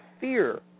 fear